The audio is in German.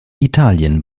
italien